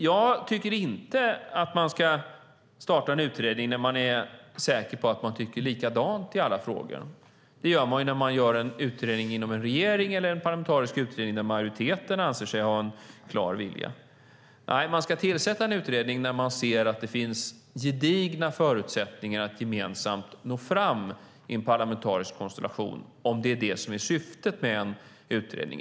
Jag tycker inte att man ska starta en utredning när man är säker på att man tycker likadant i alla frågor. Det gör man när man gör en utredning inom en regering eller en parlamentarisk utredning när majoriteten anser sig ha en klar vilja. Nej, man ska tillsätta en utredning när man ser att det finns gedigna förutsättningar att gemensamt nå fram i en parlamentarisk konstellation, om det är det som är syftet med en utredning.